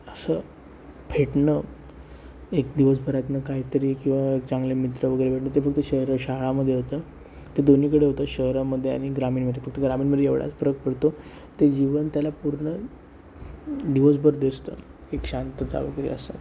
असं भेटणं एक दिवसभरातनं काहीतरी किंवा चांगले मित्र वगैरे भेटणं ते फक्त शहरं शाळामध्ये होतं ते दोन्हीकडे होतं शहरामध्ये आणि ग्रामीणमध्ये फक्त ग्रामीणमध्ये एवढाच फरक पडतो ते जीवन त्याला पूर्ण दिवसभर दिसतं एक शांतता वगैरे असं